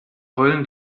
heulen